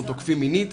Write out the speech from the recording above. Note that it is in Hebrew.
או תוקפים מינית,